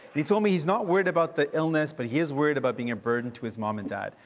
he told me he's not worried about the illness, but he is worried about being a burden to his mom and dad.